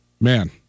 Man